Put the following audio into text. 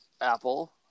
Apple